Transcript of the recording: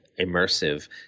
immersive